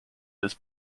this